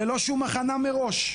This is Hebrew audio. ללא שום הכנה מראש,